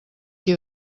qui